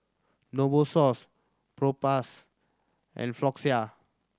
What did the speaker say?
Novosource Propass and Floxia